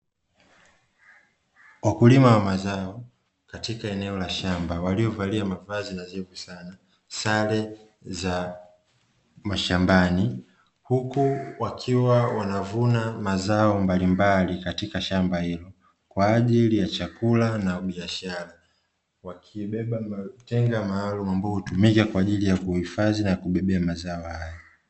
Wakulima wa mazao katika eneo la shamba waliovalia mavazi nadhifu sana, sare za mashambani huku wakiwa wanavuna mazao mbalimbali katika shamba hilo kwa ajili ya chakula na biashara wakiibeba tenga maalum ambao hutumika kwa ajili ya kuhifadhi na kubebea mazao hayo.